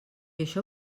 això